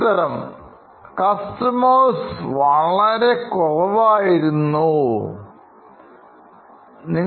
ഉത്തരം കസ്റ്റമേഴ്സ് വളരെ കുറവായിരുന്നു എന്നുള്ളതായിരുന്നു